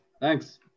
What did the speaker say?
Thanks